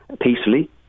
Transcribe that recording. peacefully